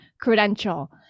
credential